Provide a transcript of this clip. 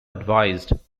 advised